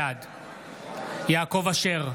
בעד יעקב אשר,